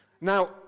Now